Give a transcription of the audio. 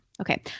Okay